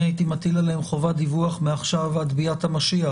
אני הייתי מטיל עליהם חובת דיווח מעכשיו עד ביאת המשיח,